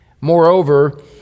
Moreover